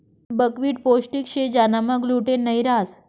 buckwheat पोष्टिक शे ज्यानामा ग्लूटेन नयी रहास